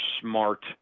smart